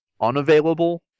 unavailable